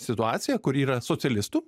situacija kur yra socialistų